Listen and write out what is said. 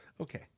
Okay